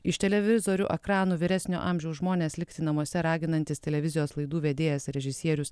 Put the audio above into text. iš televizorių ekranų vyresnio amžiaus žmonės liksi namuose raginantis televizijos laidų vedėjas režisierius